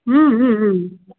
ಹ್ಞೂ ಹ್ಞೂ ಹ್ಞೂ